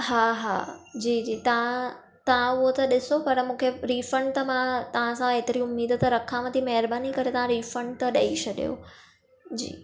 हा हा जी जी तव्हां तव्हां उहो त ॾिसो पर मूंखे रिफ़ंड त मां तव्हां सां ऐतिरी उम्मीद त रखांव थी महिरबानी करे तव्हां रिफ़ंड त ॾई छॾियो जी